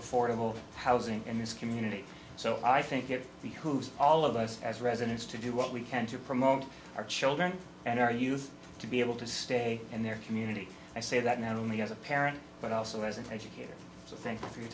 affordable housing in this community so i think it behooves all of us as residents to do what we can to promote our children and our youth to be able to stay in their community i say that not only as a parent but also as an educator so thank you for your